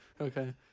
Okay